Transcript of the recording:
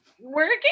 working